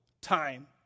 time